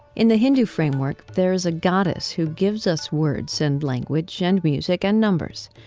in the hindu framework, there is a goddess who gives us words and language and music and numbers.